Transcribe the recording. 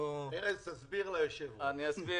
אי אפשר